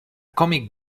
comic